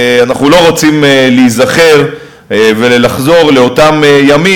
אנחנו לא רוצים להיזכר ולחזור לאותם ימים.